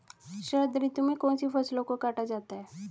शरद ऋतु में कौन सी फसलों को काटा जाता है?